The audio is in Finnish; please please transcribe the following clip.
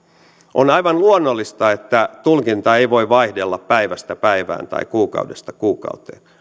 on aivan luonnollista että tulkinta ei voi vaihdella päivästä päivään tai kuukaudesta kuukauteen